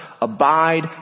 abide